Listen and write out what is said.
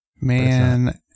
Man